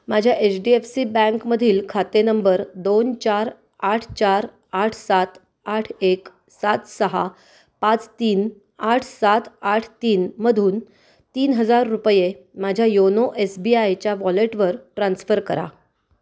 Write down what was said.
माझ्या H D F C बँकमधील खाते नंबर दोन चार आठ चार आठ सात आठ एक सात सहा पाच तीन आठ सात आठ तीनमधून तीन हजार रुपये माझ्या योनो एस बी आयच्या वॉलेटवर ट्रान्स्फर करा